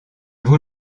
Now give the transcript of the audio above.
vous